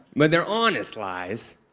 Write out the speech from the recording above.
but they're honest lies.